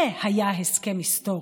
זה היה הסכם היסטורי.